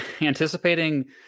anticipating